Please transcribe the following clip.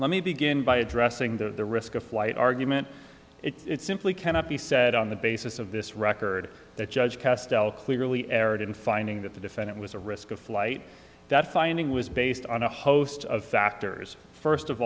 let me begin by addressing the risk of flight argument it simply cannot be said on the basis of this record that judge castile clearly aerate in finding that the defendant was a risk of flight that finding was based on a host of factors first of